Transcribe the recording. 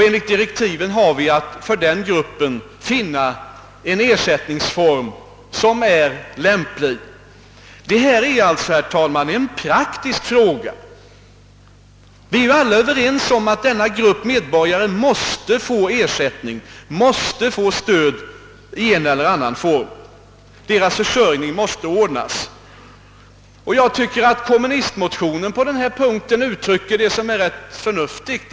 Enligt direktiven skall utredningen söka finna en lämplig ersättningsform för denna grupp. Herr talman! Detta är alltså en praktisk fråga. Vi är alla överens om att friställd äldre arbetskraft måste få stöd i en eller annan form. Deras försörjning måste ordnas. Jag tycker att kommunistmotionen på denna punkt uttrycker en rätt förnuftig uppfattning.